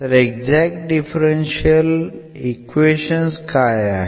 तर exact differential equations काय आहेत